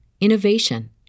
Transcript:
innovation